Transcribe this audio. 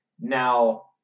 Now